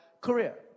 career